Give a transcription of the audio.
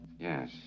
Yes